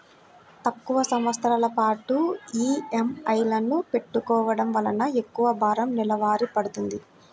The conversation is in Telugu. తక్కువ సంవత్సరాల పాటు ఈఎంఐలను పెట్టుకోవడం వలన ఎక్కువ భారం నెలవారీ పడ్తుంది